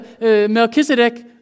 Melchizedek